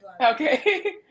Okay